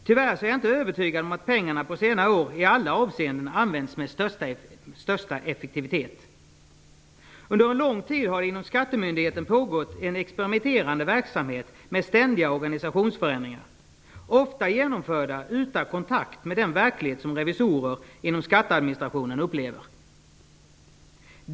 Tyvärr är jag inte övertygad om att pengarna på senare år i alla avseenden använts med största effektivitet. Under en lång tid har det inom skattemyndigheten pågått en experimenterande verksamhet med ständiga organisationsförändringar, ofta genomförda utan den kontakt med verkligheten som revisorer inom skatteadministrationen upplever.